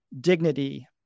dignity